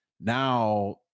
Now